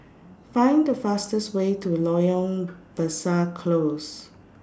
Find The fastest Way to Loyang Besar Close